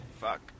Fuck